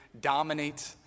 dominate